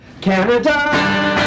Canada